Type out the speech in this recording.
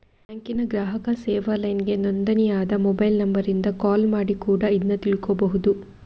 ಬ್ಯಾಂಕಿನ ಗ್ರಾಹಕ ಸೇವಾ ಲೈನ್ಗೆ ನೋಂದಣಿ ಆದ ಮೊಬೈಲ್ ನಂಬರಿಂದ ಕಾಲ್ ಮಾಡಿ ಕೂಡಾ ಇದ್ನ ತಿಳ್ಕೋಬಹುದು